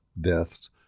deaths